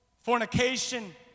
fornication